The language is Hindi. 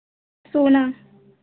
सोना